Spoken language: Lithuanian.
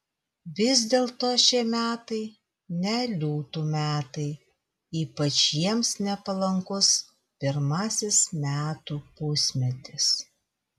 vis dėlto šie metai ne liūtų metai ypač jiems nepalankus pirmasis metų pusmetis